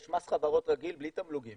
יש מס חברות רגיל בלי תמלוגים